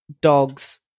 dogs